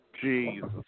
Jesus